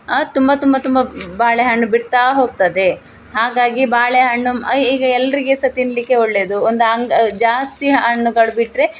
ತುಂಬ ತುಂಬ ತುಂಬ ಬಾಳೆಹಣ್ಣು ಬಿಡ್ತಾ ಹೋಗ್ತದೆ ಹಾಗಾಗಿ ಬಾಳೆಹಣ್ಣು ಈಗ ಎಲ್ಲರಿಗೆ ಸಹ ತಿನ್ಲಿಕ್ಕೆ ಒಳ್ಳೆಯದು ಒಂದು ಹಂಗ್ ಜಾಸ್ತಿ ಹಣ್ಣುಗಳ್ ಬಿಟ್ಟರೆ